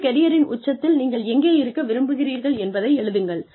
உங்கள் கெரியரின் உச்சத்தில் நீங்கள் எங்கே இருக்க விரும்புகிறீர்கள் என்பதை எழுதுங்கள்